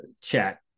chat